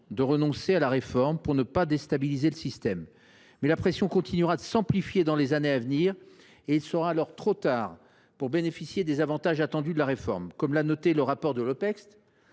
de renoncer à la réforme pour ne pas déstabiliser le système. Cependant, la pression continuera de s’amplifier dans les années à venir et il sera alors trop tard pour bénéficier des avantages attendus de la réforme. Comme il est dit dans le rapport de l’Opecst,